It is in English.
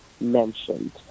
mentioned